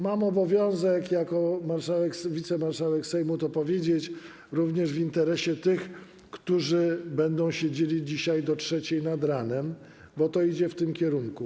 Mam obowiązek jako wicemarszałek Sejmu to powiedzieć również w interesie tych, którzy będą siedzieli dzisiaj do godz. 3 nad ranem, bo to idzie w tym kierunku.